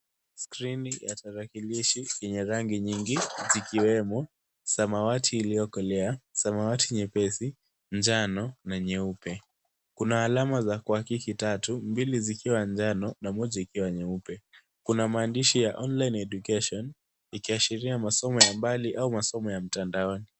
Skrini ya tarakilishi yenye rangi nyingi, zikiwemo samawati iliokolea, samawati nyepesi, njano na nyeupe. Kuna alama za kuhakiki tatu; mbili zikiwa njano na moja ikiwa nyeupe. Kuna maandishi ya[c.s]online education ikiashiria masomo ya mbali au masomo ya mtandaoni.